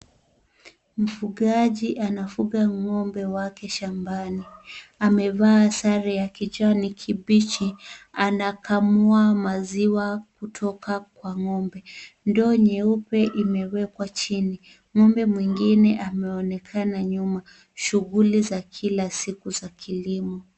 Mfukaji anafuga ng'ombe wake shambani amevaa sare ya kijani kibichi anakamua maziwa kutoka kwa ng'ombe ndoo nyeupe imewekwa chini ng'ombe mwingine ameonekana nyuma shughuli za kila siku za kilimo.